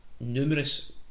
numerous